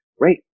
Great